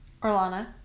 Orlana